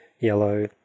yellow